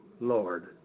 Lord